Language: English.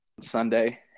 Sunday